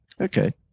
Okay